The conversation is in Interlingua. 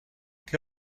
que